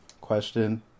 question